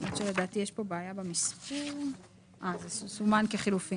אני אגיד לך, לא משנה, זה לא לפרוטוקול,